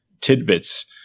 tidbits